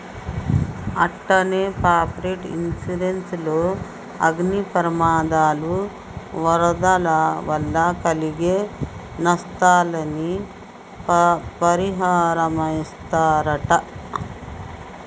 అట్టనే property insurance లో అగ్ని ప్రమాదాలు, వరదల వల్ల కలిగే నస్తాలని పరిహారమిస్తరట